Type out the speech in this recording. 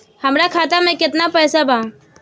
हमरा खाता मे केतना पैसा बा?